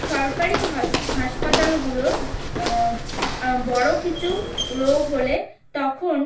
সরকারি হস হাসপাতালগুলো বড়ো কিছু রোগ হলে তখন